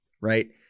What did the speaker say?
right